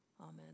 Amen